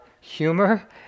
humor